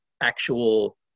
actual